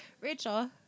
Rachel